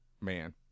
man